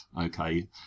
Okay